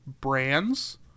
brands